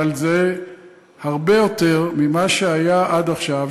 אבל זה הרבה יותר ממה שהיה עד עכשיו,